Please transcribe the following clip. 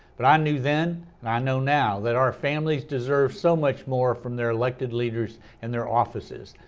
but i knew then and i know now that our families deserve so much more from their elected leaders and their offices.